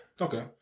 Okay